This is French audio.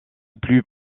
plus